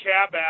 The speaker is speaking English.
Cab